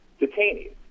detainees